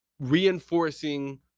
reinforcing